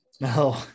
No